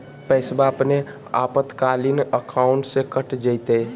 पैस्वा अपने आपातकालीन अकाउंटबा से कट जयते?